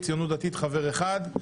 לציונות הדתית חבר אחד,